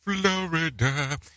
Florida